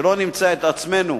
שלא נמצא את עצמנו